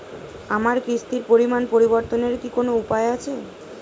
আমার কিস্তির পরিমাণ পরিবর্তনের কি কোনো উপায় আছে?